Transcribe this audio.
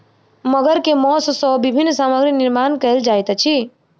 मगर के मौस सॅ विभिन्न सामग्री निर्माण कयल जाइत अछि